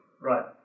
Right